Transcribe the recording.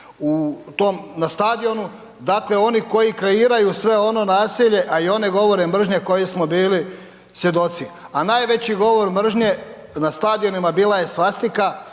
na stadionu, dakle oni kroji kreiraju sve ono nasilje i one govore mržnje kojih smo bili svjedoci. A najveći govor mržnje na stadionima bila je svastika